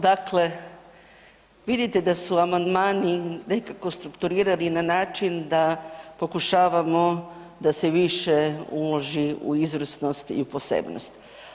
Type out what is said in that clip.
Dakle vidite da su amandmani nekako strukturirani na način da pokušavamo da se više uloži u izvrsnost i posebnost.